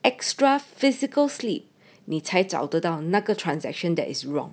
extra physical slip 你才找得到那个 transaction that is wrong